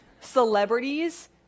celebrities